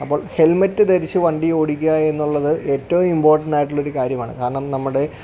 അപ്പോൾ ഹെൽമറ്റ് ധരിച്ച് വണ്ടി ഓടിക്കുക എന്നുള്ളത് ഏറ്റവും ഇംപോർട്ടൻ്റ് ആയിട്ടുള്ള ഒരു കാര്യമാണ് കാരണം നമ്മുടെ